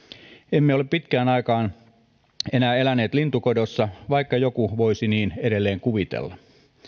emme ole pitkään aikaan enää eläneet lintukodossa vaikka joku voisi niin edelleen kuvitella